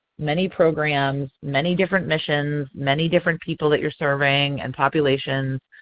many programs, many different missions, many different people that you are serving and populations.